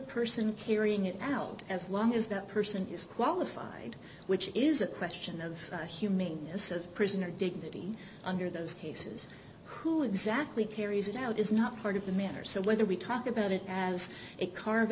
person carrying it out as long as that person is qualified which is a question of humaneness of prisoner dignity under those cases who exactly carries it out is not part of the matter so whether we talk about it as a carve